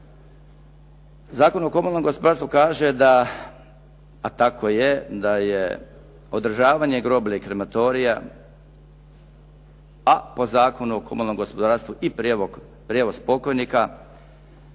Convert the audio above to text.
Zakon o komunalnom gospodarstvu kaže da a tako je da je održavanje groblja i krematorija a po Zakonu o komunalnom gospodarstvu i prijevoz pokojnika